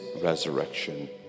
resurrection